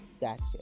gotcha